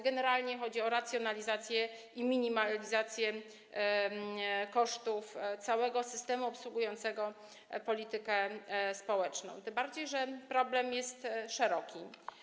Generalnie chodzi o racjonalizację i minimalizację kosztów całego systemu obejmującego politykę społeczną, tym bardziej że problem jest szeroki.